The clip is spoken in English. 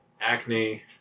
acne